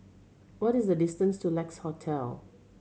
what is the distance to Lex Hotel